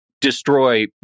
destroy